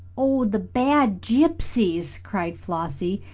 oh, the bad gypsies! cried flossie,